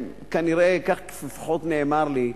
כך לפחות נאמר לי.